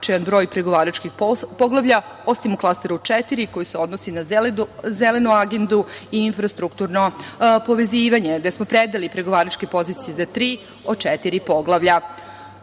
značajan broj pregovaračkih poglavlja, osim u Klasteru 4 koji se odnosi na zelenu agendu i infrastrukturno povezivanje, gde smo predali pregovaračke pozicije za tri od